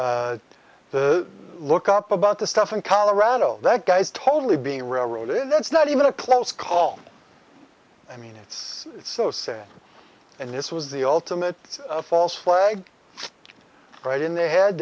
the look up about the stuff in colorado that guy's totally being railroaded that's not even a close call i mean it's so sad and this was the ultimate false flag right in the head